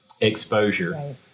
exposure